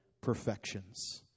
perfections